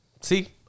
See